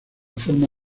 forma